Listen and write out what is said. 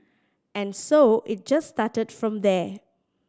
and so it just started from there